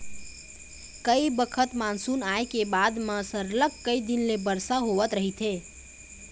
कइ बखत मानसून आए के बाद म सरलग कइ दिन ले बरसा होवत रहिथे